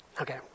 Okay